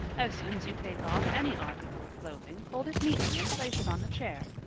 as soon as you take off any article of clothing fold it neatly and place it on the chair.